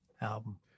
album